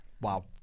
wow